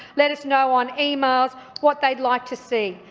let us know on emails what they'd like to see.